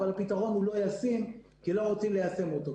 אבל הפתרון הוא לא ישים כי לא רוצים ליישם אותו.